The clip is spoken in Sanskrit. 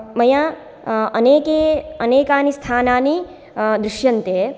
मया अनेके अनेकानि स्थानानि दृश्यन्ते